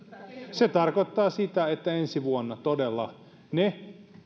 se tarkoittaa sitä että ensi vuonna todella ne